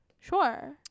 sure